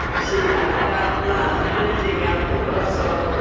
she laughed out loud, lifting out the croissant.